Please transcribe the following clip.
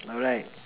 alright